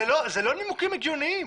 זה לא נימוקים הגיוניים.